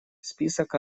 список